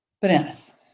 bananas